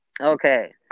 Okay